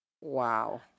Wow